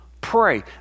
pray